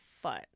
foot